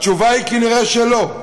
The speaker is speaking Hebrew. התשובה היא: נראה שלא.